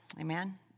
Amen